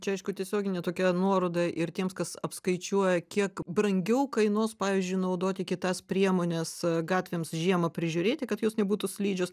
čia aišku tiesioginė tokia nuoroda ir tiems kas apskaičiuoja kiek brangiau kainuos pavyzdžiui naudoti kitas priemones gatvėms žiemą prižiūrėti kad jos nebūtų slidžios